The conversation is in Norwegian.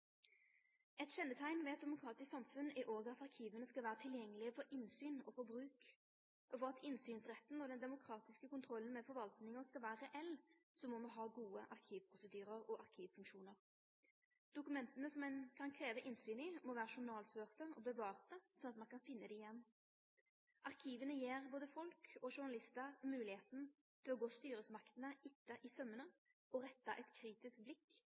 Eit kjenneteikn ved eit demokratisk samfunn er òg at arkiva skal vere tilgjengelege for innsyn og for bruk. For at innsynsretten og den demokratiske kontrollen med forvaltninga skal vere reell må me ha gode arkivprosedyrar og arkivfunksjonar. Dokumenta som ein kan krevje innsyn i, må vere journalførte og bevarte, sånn at ein kan finne dei igjen. Arkiva gjev både folk og journalistar moglegheit til å gå styresmaktene etter i saumane, og rette eit kritisk blikk